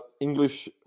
English